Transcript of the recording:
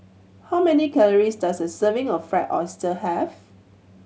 how many calories does a serving of Fried Oyster have